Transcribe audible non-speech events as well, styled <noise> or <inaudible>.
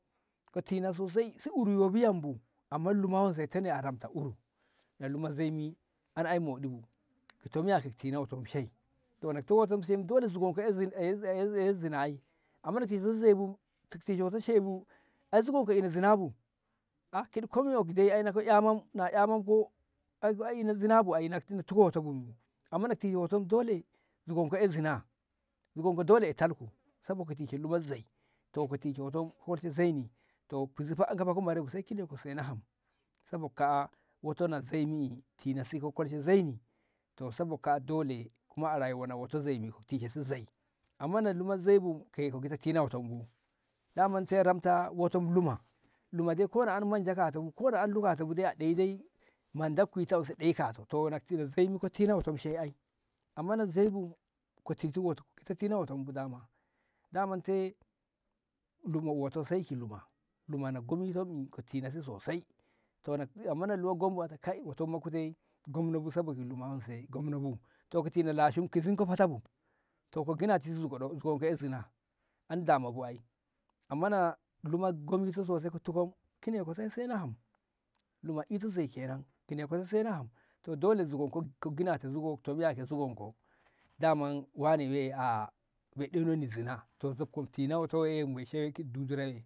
ka tina sosai uru si minni yobi yambu amma luma wonse tene a ramte uru na luma zaimi ai an ƴa moɗi bu ki to miya ka tina wo'oto shai to na ka tino wo'oton shai dole zugonko ai <hesitation> zina ai amma na ka tishe shai bu ka gita tishe shai bu ai zugonko ishe zina bu ah ai kiti ko yo miya <unintelligible> ai a ishe zina bu na ka tiko wo'oton mi amma na ka tiko wo'oto dole zugonko ai zina zugon ko dole ai talku sabo ki tishe lumak zai to ka tishe wo'oto ka kolshe zai ni to kizi fa a gafoko mara shai bu sai kine ko sena ham sabo kaa'a wo'oto na zaimi tina si ka kolshe zaini sabo kaa'a luma dai ko na an manja kato bu an lu kato bu ɗoi dai andi manda kani andi kuita kani to rakti to ka tina wo'oto shai ai amma na zai bu ka gita tina wo'oto bu daman tai luma luma wo'oto sai ki luma na luma gomi ton mi ka tina si sosai amma na luma gom bu ka ta kai wo'oton ma kute gomno bu sao ki luma wonse gomno bu to ka tina lashim kizin ko fata bu to ka gina ti zugon ko ɗo zugonko ai zina an dama bu ai amma na luma gomi to ka tuko sosai kine ko sai sena ham dole zugonko ka ginate zugonko to daman wane ye bai ɗononni zina to zubko tina wo'otoi mu tishe ki dudura.